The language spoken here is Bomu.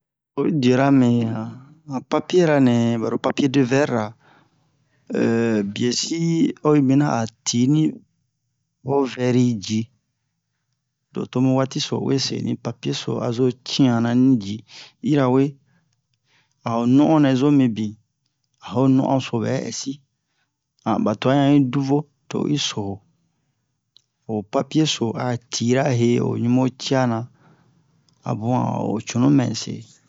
Oyi diara me han han papiera nɛ baro papier-de-vɛr ra biɛsi oyi mina a tini ho vɛri ji don to mu waati so o we seni papier so a zo ci'ana ni ji yirawe a ho no'on nɛ zo mibin a ho no'on so bɛ ɛsi ba twa han yi duvo to oyi so ho ho papier so a tira he o ɲubo ciana a bun a'o cunu mɛ se